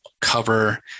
cover